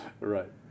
Right